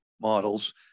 models